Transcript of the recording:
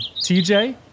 TJ